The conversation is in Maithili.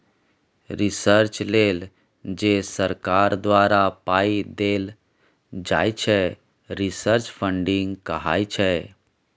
रिसर्च लेल जे सरकार द्वारा पाइ देल जाइ छै रिसर्च फंडिंग कहाइ छै